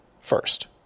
first